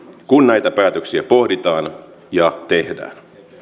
kun näitä päätöksiä pohditaan ja tehdään